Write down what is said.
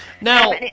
Now